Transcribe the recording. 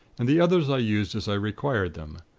and the others i used as i required them.